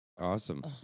awesome